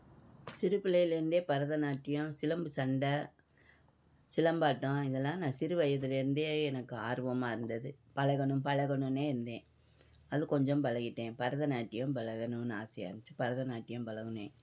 சிறுப்பிள்ளையிலேருந்தே பரதநாட்டியம் சிலம்பு சண்டை சிலம்பாட்டம் இதெல்லாம் நான் சிறுவயதிலிருந்தே எனக்கு ஆர்வமாக இருந்தது பழகணும் பழகணுன்னே இருந்தேன் அது கொஞ்சம் பழகிட்டேன் பரதநாட்டியம் பழகணும்னு ஆசையாக இருந்துச்சு பரதநாட்டியம் பழகினேன்